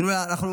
תנו לה.